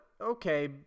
Okay